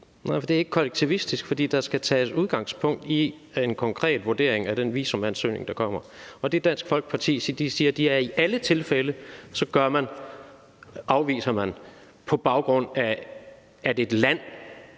Nej, for det er ikke kollektivistisk. For der skal tages udgangspunkt i en konkret vurdering af den visumansøgning, der kommer. Det, Dansk Folkeparti siger, er, at man i alle tilfælde afviser, på baggrund af at et land